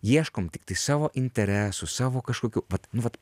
ieškom tiktai savo interesų savo kažkokių vat nu vat